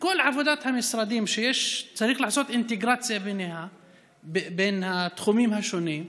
לכל עבודת המשרדים שיש צריך לעשות אינטגרציה בין התחומים השונים.